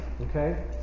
Okay